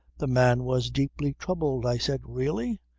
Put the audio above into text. the man was deeply troubled. i said really!